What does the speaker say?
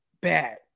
bad